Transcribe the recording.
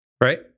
right